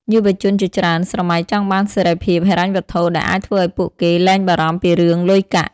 យុវជនជាច្រើនស្រមៃចង់បានសេរីភាពហិរញ្ញវត្ថុ ដែលអាចធ្វើឱ្យពួកគេលែងបារម្ភពីរឿងលុយកាក់។